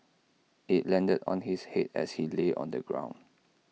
IT landed on his Head as he lay on the ground